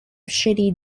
shady